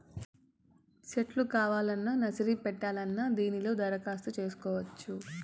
సెట్లు కావాలన్నా నర్సరీ పెట్టాలన్నా దీనిలో దరఖాస్తు చేసుకోవచ్చు